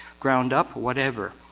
ground up, whatever.